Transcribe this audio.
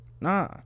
Nah